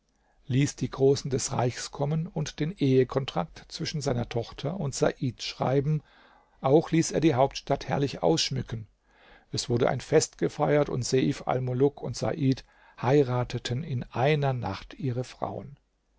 ließ die großen des reichs kommen und den ehekontrakt zwischen seiner tochter und said schreiben auch ließ er die hauptstadt herrlich ausschmücken es wurde ein fest gefeiert und seif almuluk und said heirateten in einer nacht ihre frauen